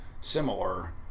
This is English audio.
similar